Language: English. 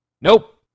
nope